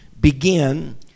Begin